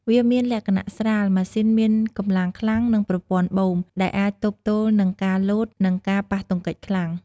វាមានលក្ខណៈស្រាល ម៉ាស៊ីនមានកម្លាំងខ្លាំង និងប្រព័ន្ធបូម ដែលអាចទប់ទល់នឹងការលោត និងការប៉ះទង្គិចខ្លាំង។